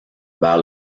vers